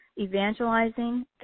Evangelizing